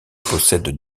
possède